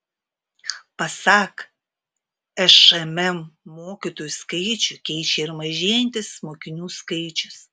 pasak šmm mokytojų skaičių keičia ir mažėjantis mokinių skaičius